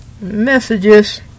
messages